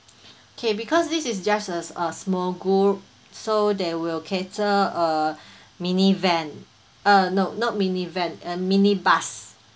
okay because this is just as a small group so they will cater a minivan uh no not minivan a minibus